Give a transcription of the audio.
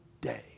day